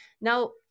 Now